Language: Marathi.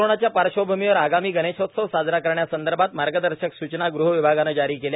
कोरोनाच्या पार्श्वभूमीवर आगामी गणेशोत्सव साजरा करण्यासंदर्भात मार्गदर्शक सूचना ग़ह विभागानं आज जारी केल्या